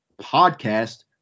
podcast